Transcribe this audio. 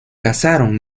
casaron